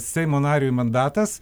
seimo nariui mandatas